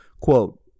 Quote